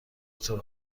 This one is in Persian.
سوپ